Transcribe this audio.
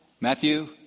Matthew